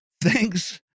thanks